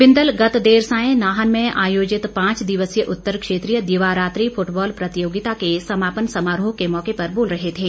बिंदल गत देर सायं नाहन में आयोजित पांच दिवसीय उत्तर क्षेत्रीय दिवा रात्रि फृटबाल प्रतियोगिता के समापन समारोह के मौके पर बोल रहे थे